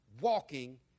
walking